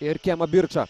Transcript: ir kemą birčą